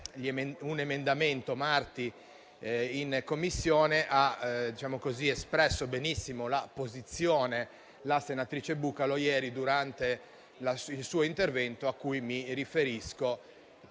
dal senatore Marti in Commissione ha espresso benissimo la posizione la senatrice Bucalo ieri durante il suo intervento, a cui mi riferisco